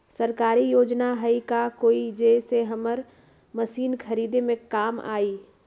सरकारी योजना हई का कोइ जे से हमरा मशीन खरीदे में काम आई?